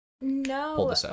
no